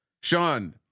Sean